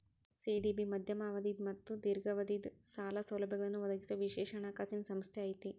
CDB ಮಧ್ಯಮ ಅವಧಿದ್ ಮತ್ತ ದೇರ್ಘಾವಧಿದ್ ಸಾಲ ಸೌಲಭ್ಯಗಳನ್ನ ಒದಗಿಸೊ ವಿಶೇಷ ಹಣಕಾಸಿನ್ ಸಂಸ್ಥೆ ಐತಿ